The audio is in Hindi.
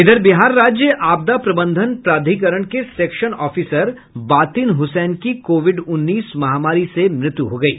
बिहार राज्य आपदा प्रबंधन प्राधिकरण के सेक्शन आफिसर बातिन हुसैन की कोविड उन्नीस महामारी से मृत्यु हो गयी